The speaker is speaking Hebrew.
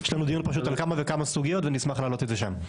יש לנו פשוט דיון על כמה וכמה סוגיות ונשמח להעלות את זה שם.